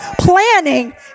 Planning